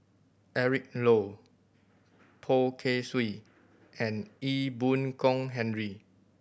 Eric Low Poh Kay Swee and Ee Boon Kong Henry